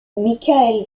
mickaël